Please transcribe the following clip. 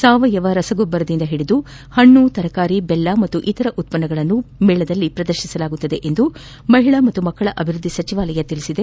ಸಾವಯವ ರಸಗೊಬ್ಬ ರದಿಂದ ಹಿಡಿದು ಹಣ್ಣು ತರಕಾರಿ ಬೆಲ್ಲ ಹಾಗು ಇತರೆ ಉತ್ವನ್ನಗಳನ್ನು ಪ್ರದರ್ಶನದಲ್ಲಿ ಇಡಲಾಗುವುದು ಎಂದು ಮಹಿಳಾ ಮತ್ತು ಮಕ್ಕಳ ಅಭಿವೃದ್ದಿ ಸಚಿವಾಲಯ ತಿಳಿಸಿದೆ